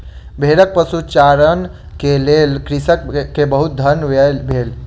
भेड़क पशुचारण के लेल कृषक के बहुत धन व्यय भेल